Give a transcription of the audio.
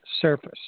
surface